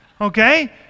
Okay